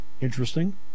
Interesting